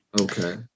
Okay